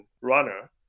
runner